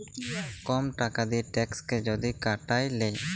কম টাকা দিঁয়ে ট্যাক্সকে যদি কাটায় লেই